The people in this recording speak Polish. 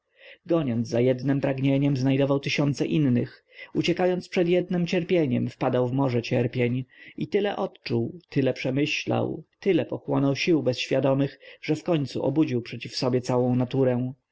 goniąc za jednem pragnieniem znajdował tysiące innych uciekając przed jednem cierpieniem wpadał w morze cierpień i tyle odczuł tyle przemyślał tyle pochłonął sił bezświadomych że wkoncu obudził przeciw sobie całą naturę